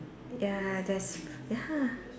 ya that's ya